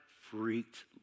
freaked